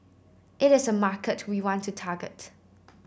it is a mark we want to target